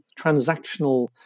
transactional